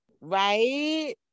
Right